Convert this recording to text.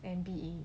and ba